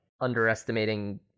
underestimating